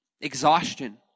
Exhaustion